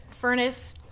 furnace